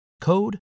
code